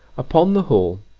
upon the whole,